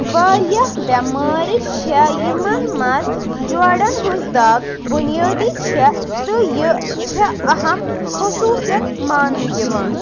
واریاہ بٮ۪مارِ چھےٚ یِِمن منٛز جوڑَن ہِنٛز دَگ بُنیٲدی چھےٚ تہٕ یہِ چھےٚ اَہم خصوٗصِیت مانٛنہٕ یِوان